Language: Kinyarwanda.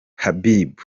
habib